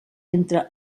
entre